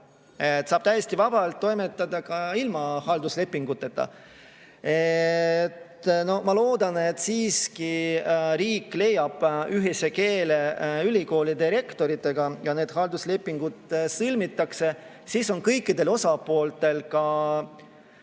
saab täiesti vabalt toimetada ka ilma halduslepinguta. Ma loodan, et siiski riik leiab ühise keele ülikoolide rektoritega ja need halduslepingud sõlmitakse. Sel juhul on kõikidel osapooltel